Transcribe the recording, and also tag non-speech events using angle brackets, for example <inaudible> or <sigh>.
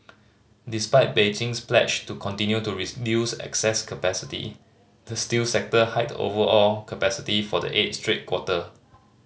despite Beijing's pledge to continue to <unintelligible> excess capacity the steel sector hiked overall capacity for the eighth straight quarter